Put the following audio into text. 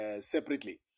separately